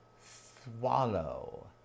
swallow